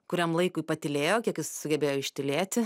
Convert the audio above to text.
kuriam laikui patylėjo kiek jis sugebėjo ištylėti